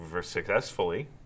successfully